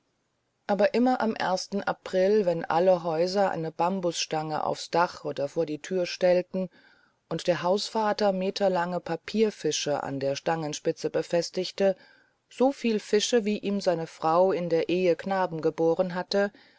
aber immer am ersten april wenn alle häuser eine bambusstange aufs dach oder vor die tür stellten und der hausvater meterlange papierfische an der stangenspitze befestigte so viel fische wie ihm seine frau in der ehe knaben geboren hatte